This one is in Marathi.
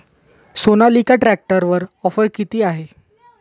सोनालिका ट्रॅक्टरवर ऑफर किती आहे?